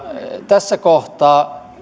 tässä kohtaa